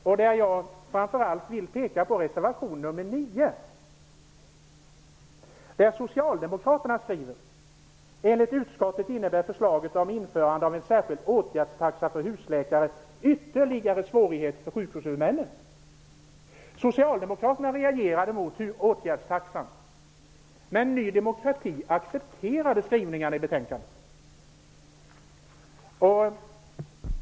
Jag vill framför allt peka på reservation 9, där Socialdemokraterna skriver: ''Enligt utskottet innebär förslaget om införande av en särskild åtgärdstaxa för husläkare ytterligare svårigheter för sjukvårdshuvudmännen --.'' Socialdemokraterna reagerade mot åtgärdstaxan, men Ny demokrati accepterade skrivningarna i betänkandet.